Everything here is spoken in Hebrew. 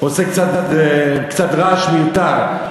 עושה קצת רעש מיותר.